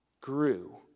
grew